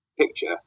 picture